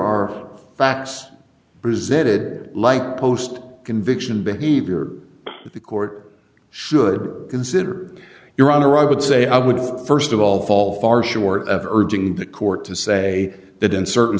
are facts presented like post conviction behavior that the court should consider your honor i would say i would st of all fall far short of urging the court to say that in certain